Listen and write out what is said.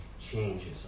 changes